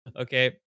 Okay